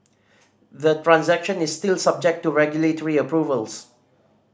the transaction is still subject to regulatory approvals